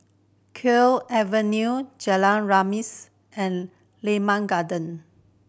Kew Avenue Jalan Remis and Limau Garden